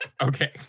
Okay